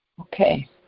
Okay